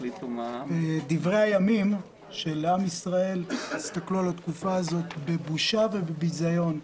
דברי הימים של עם ישראל יסתכלו על התקופה הזאת בבושה ובביזיון,